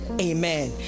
amen